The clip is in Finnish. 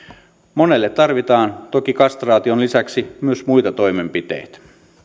monelle tarvitaan toki kastraation lisäksi myös muita toimenpiteitä